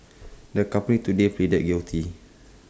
the company today pleaded guilty